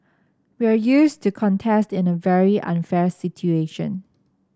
we are used to contest in a very unfair situation